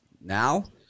Now